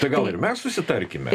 tai gal ir mes susitarkime